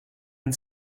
and